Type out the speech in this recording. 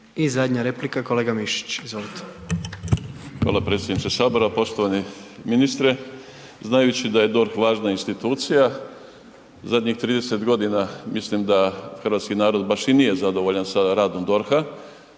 I zadnja replika, kolega Mišić. Izvolite. **Mišić, Ivica (Nezavisni)** Hvala predsjedniče sabora. Poštovani ministre, znajući da je DORH važna institucija zadnjih 30 godina mislim da hrvatski narod baš i nije zadovoljan sa radom DORH-a,